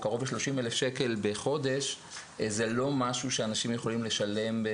לשלם קרוב ל-30 אלף שקל בחודש זה לא משהו שאנשים יכולים לשלם.